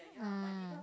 mm